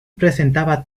presentaba